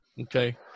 okay